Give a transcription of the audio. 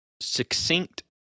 succinct